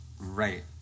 right